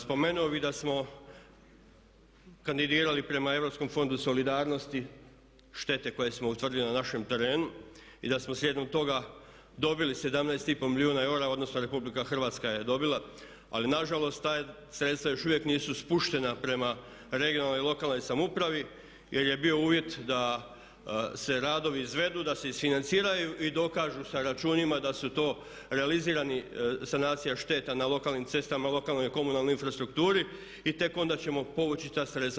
Spomenuo bih da smo kandidirali prema Europskom fondu solidarnosti štete koje smo utvrdili na našem terenu i da smo slijedom toga dobili 17,5 milijuna eura, odnosno RH je dobila ali nažalost ta sredstva još uvijek nisu spuštena prema regionalnoj i lokalnoj samoupravi jer je bio uvjet da se radovi izvedu, da se isfinanciraju i dokažu sa računima da su to realizirani sanacija šteta na lokalnim cestama, lokalnoj i komunalnoj infrastrukturi i tek onda ćemo povući ta sredstva.